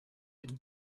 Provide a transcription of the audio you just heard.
and